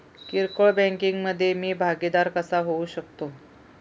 किरकोळ बँकिंग मधे मी भागीदार कसा होऊ शकतो?